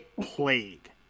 plague